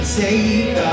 take